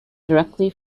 directly